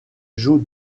joue